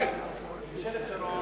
בממשלת שרון,